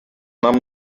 нам